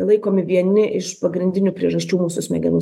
laikomi vieni iš pagrindinių priežasčių mūsų smegenų